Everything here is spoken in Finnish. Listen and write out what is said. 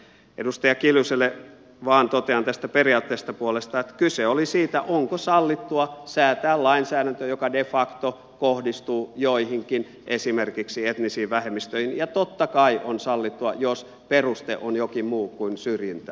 edustaja kiljuselle vain totean tästä periaatteellisesta puolesta että kyse oli siitä onko sallittua säätää lainsäädäntö joka de facto kohdistuu joihinkin esimerkiksi etnisiin vähemmistöihin ja totta kai se on sallittua jos peruste on jokin muu kuin syrjintä